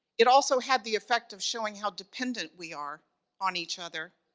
it also had the effect of showing how dependent we are on each other,